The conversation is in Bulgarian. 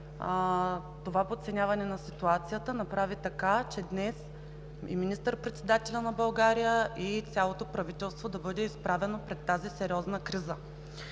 това подценяване на ситуацията направи така, че днес министър-председателят на България и цялото правителство да бъде изправено пред тази сериозна криза,